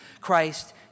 Christ